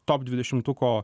top dvidešimtuko